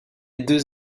deux